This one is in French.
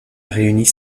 réunit